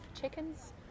chickens